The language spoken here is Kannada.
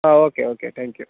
ಹಾಂ ಓಕೆ ಓಕೆ ತ್ಯಾಂಕ್ ಯು